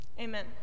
Amen